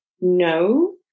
No